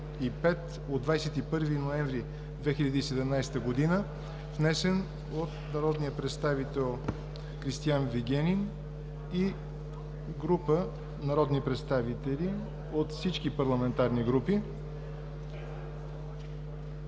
от 21 ноември 2017 г., внесен от народния представител Кристиан Вигенин и група народни представители от всички парламентарни групи